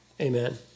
Amen